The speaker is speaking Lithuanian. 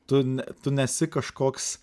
tu ne tu nesi kažkoks